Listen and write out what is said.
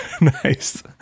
Nice